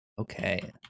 Okay